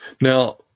Now